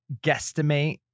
guesstimate